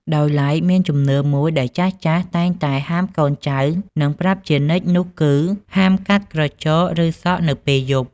ដោយឡែកមានជំនឿមួយដែលចាស់ៗតែងតែហាមកូនចៅ និងប្រាប់ជានិច្ចនោះគឺ ហាមកាត់ក្រចក ឬសក់នៅពេលយប់។